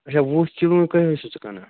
اَچھا وُہ کِلوُن کٔے حظ چھُ ژٕ کٕنان